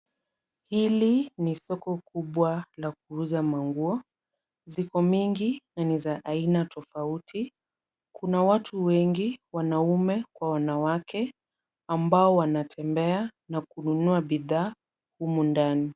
Hili ni soko kubwa la kuuza manguo. Ziko mingi na ni za aina tofauti. Kuna watu wengi wanaume kwa wanawake ambao wanatembea na kununua bidhaa humu ndani.